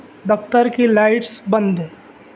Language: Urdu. دفتر کی لائٹس بند ہے